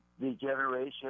degeneration